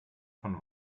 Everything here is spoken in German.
von